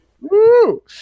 Woo